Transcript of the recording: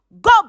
Go